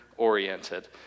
oriented